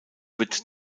wird